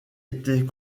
étaient